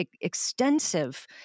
extensive